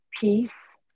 peace